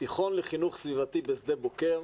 תיכון לחינוך סביבתי בשדה בוקר,